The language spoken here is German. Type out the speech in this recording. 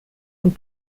und